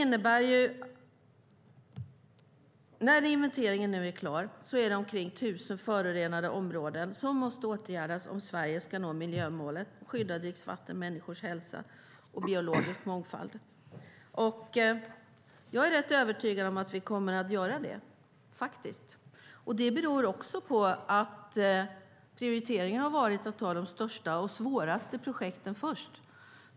När inventeringen nu är klar är det omkring 1 000 förorenade områden som måste åtgärdas om Sverige ska nå miljömålen om skyddat dricksvatten, människors hälsa och biologisk mångfald. Jag är faktiskt rätt övertygad om att vi kommer att göra det. Det beror också på att prioriteringen har varit att ta de största och svåraste projekten först.